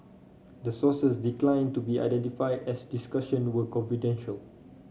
the sources declined to be identified as the discussion were confidential